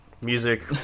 music